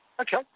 Okay